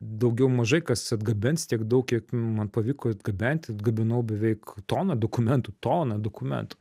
daugiau mažai kas atgabens tiek daug kiek man pavyko atgabenti atgabenau beveik toną dokumentų toną dokumentų